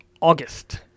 august